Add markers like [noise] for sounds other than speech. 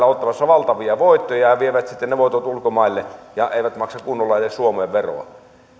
[unintelligible] ottamassa valtavia voittoja ja vievät sitten ne voitot ulkomaille ja eivät edes maksa kunnolla suomeen veroa